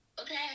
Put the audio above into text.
Okay